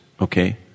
Okay